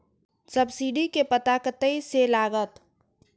Subsidy के पता कतय से लागत?